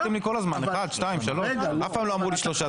אף פעם לא אמרו לי שלושה.